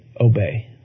obey